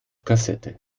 kassette